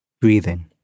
Breathing